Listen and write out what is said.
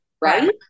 right